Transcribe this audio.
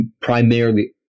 primarily